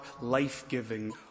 life-giving